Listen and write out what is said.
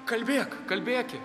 kalbėk kalbėki